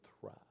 thrive